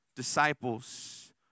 Disciples